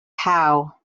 howe